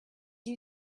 you